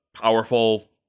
powerful